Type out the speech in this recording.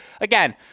again